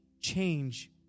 change